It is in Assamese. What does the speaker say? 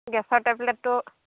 গেছৰ টেবলেটটো